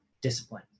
discipline